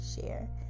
share